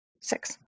Six